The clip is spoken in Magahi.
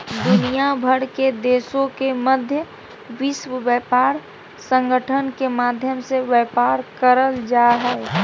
दुनिया भर के देशों के मध्य विश्व व्यापार संगठन के माध्यम से व्यापार करल जा हइ